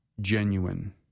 genuine